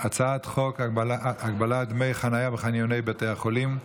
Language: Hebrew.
הצעת חוק הגבלת דמי חניה בחניוני בתי החולים,